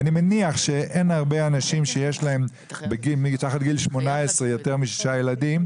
אני מניח שאין הרבה אנשים שיש להם מתחת לגיל 18 יותר משישה ילדים,